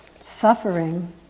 suffering